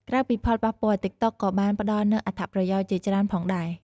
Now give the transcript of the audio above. ក្រៅពីផលប៉ះពាល់ តិកតុកក៏បានផ្ដល់នូវអត្ថប្រយោជន៍ជាច្រើនផងដែរ។